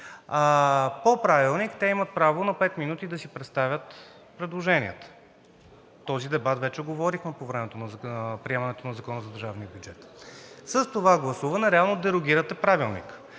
По Правилник те имат право на пет минути да си представят предложенията. Този дебат вече го водихме по времето на приемането на Закона за държавния бюджет. С това гласуване реално дерогирате Правилника.